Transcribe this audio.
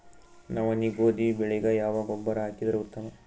ನವನಿ, ಗೋಧಿ ಬೆಳಿಗ ಯಾವ ಗೊಬ್ಬರ ಹಾಕಿದರ ಉತ್ತಮ?